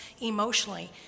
emotionally